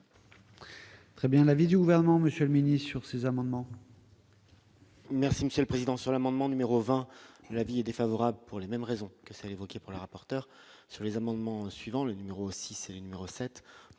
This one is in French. C'est bien l'avis du gouvernement Monsieur le midi sur ces amendements. Merci Monsieur le Président, sur l'amendement numéro 20 l'avis est défavorable pour les mêmes raisons que celles évoquées pour le rapporteur sur les amendements suivant le numéro 6 c'est une